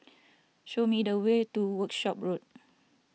show me the way to Workshop Road